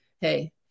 Hey